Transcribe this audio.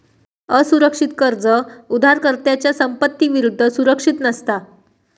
असुरक्षित कर्ज उधारकर्त्याच्या संपत्ती विरुद्ध सुरक्षित नसता